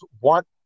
want